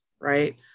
right